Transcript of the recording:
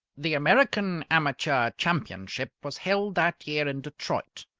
the american amateur championship was held that year in detroit.